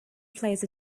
players